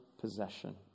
possession